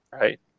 right